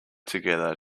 together